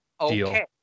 okay